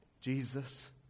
Jesus